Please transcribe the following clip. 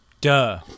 Duh